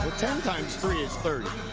ten times three is thirty.